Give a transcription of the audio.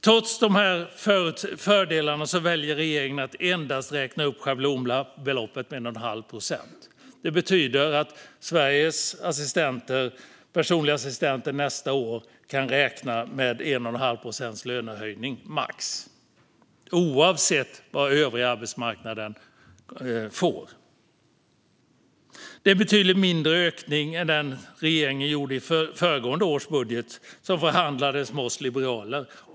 Trots dessa fördelar väljer regeringen att endast räkna upp schablonbeloppet med 1,5 procent. Det betyder att Sveriges personliga assistenter under nästa år kan räkna med max 1,5 procents lönehöjning, oavsett vad övriga arbetsmarknaden får. Det är en betydligt mindre ökning än den regeringen gjorde i föregående års budget, som förhandlades med oss liberaler.